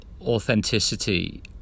authenticity